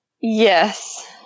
Yes